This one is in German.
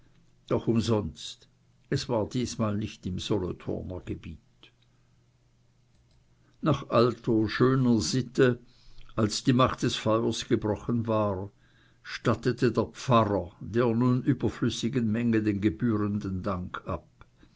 doch umsonst es war diesmal nicht im solothurner gebiet nach alter schöner sitte als die macht des feuers gebrochen war stattete der pfarrer der nun überflüssigen menge den gebührenden dank ab